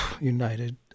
united